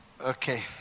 Okay